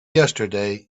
yesterday